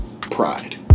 pride